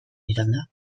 izanda